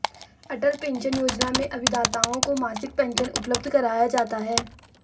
अटल pension योजना में अभिदाताओं को मासिक पेंशन उपलब्ध कराया जाता है